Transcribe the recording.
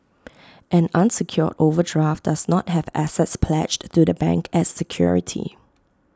an unsecured overdraft does not have assets pledged to the bank as security